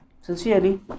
Sincerely